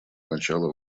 начала